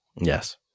Yes